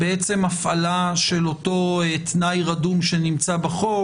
הפעלה של אותו תנאי רדום שנמצא בחוק,